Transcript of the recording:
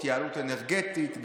התייעלות אנרגטית,